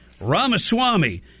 Ramaswamy